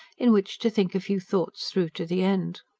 in which to think a few thoughts through to the end.